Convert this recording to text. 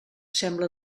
sembla